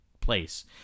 place